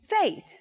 Faith